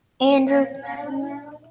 Andrew